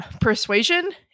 Persuasion